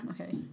Okay